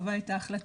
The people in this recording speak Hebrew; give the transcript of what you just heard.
קבע את ההחלטה.